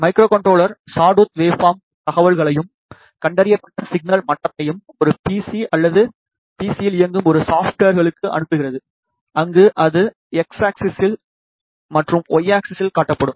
microcontroller sawtooth waveform தகவல்களையும் கண்டறியப்பட்ட signal மட்டத்தையும் ஒரு பிசி அல்லது பிசியில் இயங்கும் ஒரு சாப்ட்வேர்களுக்கு அனுப்புகிறது அங்கு அது எக்ஸ் ஆக்ஸிஸ் மற்றும் ஒய் ஆக்ஸிஸ் காட்டப்படும்